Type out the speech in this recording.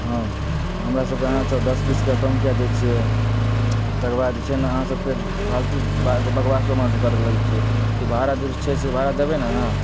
हँ हमरा सबके अहाँ सब दश बीस रूपैआ कम किआ दै छियै तेकर बाद जे छै ने अहाँ सब फेर फालतू बकबासो अहाँ सब करऽ लगैत छियै जे भाड़ा छै से भाड़ा देबै ने अहाँ